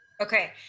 Okay